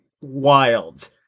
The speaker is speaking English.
wild